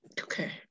Okay